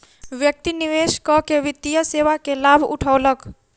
व्यक्ति निवेश कअ के वित्तीय सेवा के लाभ उठौलक